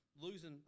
losing